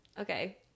Okay